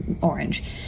orange